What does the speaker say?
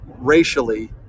racially